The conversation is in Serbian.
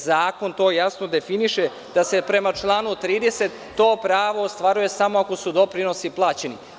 Zakon jasno definiše da se prema članu 30. to pravo ostvaruje samo ako su doprinosi plaćeni.